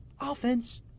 offense